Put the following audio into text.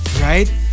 Right